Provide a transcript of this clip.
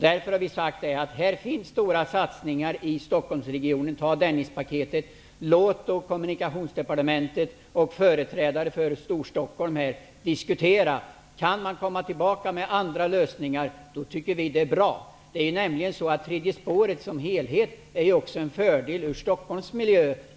Därför har vi sagt: man gör stora satsningar i Kommunikationsdepartementet och företrädare för Storstockholm diskutera om man komma fram till andra lösningar. Då tycker vi det är bra. Tredje spåret som helhet är ju också en fördel för Stockholms miljö.